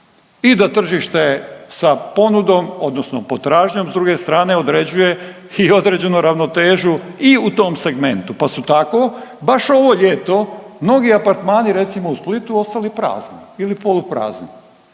i da tržište sa ponudom odnosno potražnjom s druge strane određuje i određenu ravnotežu i u tom segmentu. Pa su tako baš ovo ljeto mnogi apartmani recimo u Splitu ostali prazni ili poluprazni.